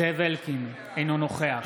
זאב אלקין, אינו נוכח